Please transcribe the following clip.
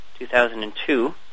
2002